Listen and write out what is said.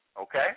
okay